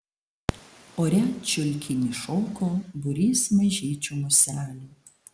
ore čiulkinį šoko būrys mažyčių muselių